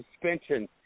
suspension